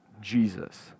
Jesus